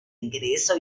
ingreso